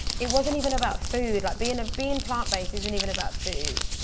it wasn't even about food. like being being plant based isn't even about food.